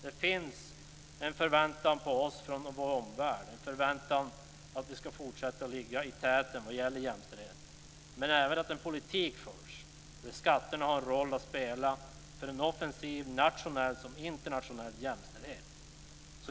Det finns en förväntan på oss från omvärlden - en förväntan om att vi ska fortsätta att ligga i täten vad gäller jämställdhet men även om att en politik förs där skatterna har en roll att spela för såväl en offensiv nationell som en internationell jämställdhet.